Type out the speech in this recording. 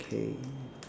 okay